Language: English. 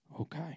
Okay